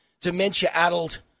dementia-addled